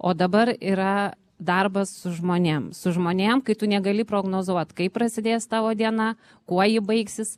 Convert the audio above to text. o dabar yra darbas su žmonėm su žmonėm kai tu negali prognozuot kaip prasidės tavo diena kuo ji baigsis